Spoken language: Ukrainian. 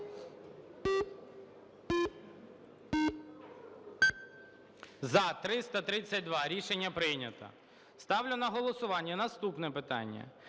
За-332 Рішення прийнято. Ставлю на голосування наступне питання.